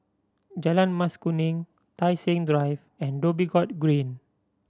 Jalan Mas Kuning Tai Seng Drive and Dhoby Ghaut Green